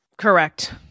Correct